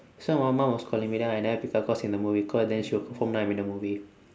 so my mum was calling me then I never pick up cause in the movie call then she'll confirm know I'm in the movie